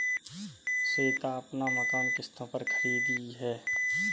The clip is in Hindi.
श्वेता अपना मकान किश्तों पर खरीदी है